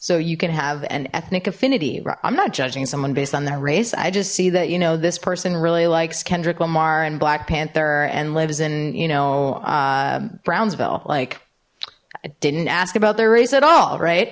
so you can have an ethnic affinity i'm not judging someone based on their race i just see that you know this person really likes kendrick lamar and black panther and lives in you know brownsville like i didn't ask about their race at all right